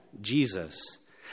Jesus